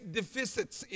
deficits